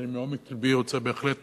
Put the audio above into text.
ואני מעומק לבי רוצה בהחלט